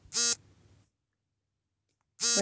ವಯಸ್ಕ ಜೀರುಂಡೆಯ ಬಣ್ಣ ಯಾವುದು?